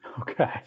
Okay